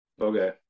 okay